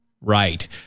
Right